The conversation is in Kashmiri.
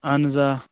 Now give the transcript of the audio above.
اہن حظ آ